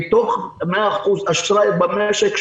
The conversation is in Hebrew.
מתוך 100% אשראי במשק,